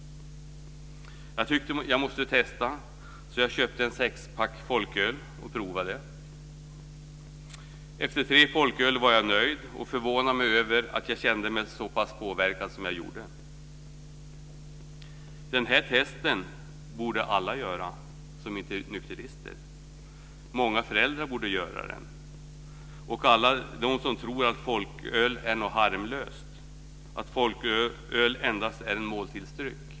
Jag tyckte att jag måste testa. Jag köpte en sexpack folköl och provade. Efter tre folköl var jag nöjd, och jag var förvånad över att jag kände mig så pass påverkad som jag gjorde. Det här testet borde alla som inte är nykterister göra. Många föräldrar borde göra det - och alla de som tror att folköl är något harmlöst, endast en måltidsdryck.